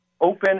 open